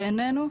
בעינינו,